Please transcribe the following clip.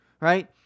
right